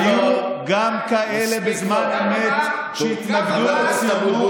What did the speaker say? היו גם בזמן אמת כאלה שהתנגדו לציונות,